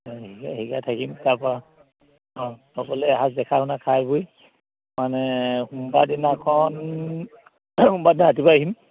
শি শিকাই থাকিম তাৰপৰা অঁ সকলোৱে এসাঁজ দেখা শুনা খাই বৈ মানে সোমবাৰ দিনাখন সোমবাৰ দিনা ৰাতিপুৱা আহিম